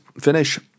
finish